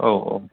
औ औ